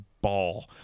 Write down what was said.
ball